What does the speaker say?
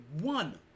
one